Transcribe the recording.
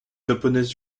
japonaise